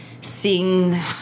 seeing